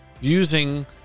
using